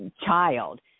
child